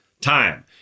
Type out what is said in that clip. time